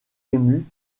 ému